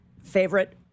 Favorite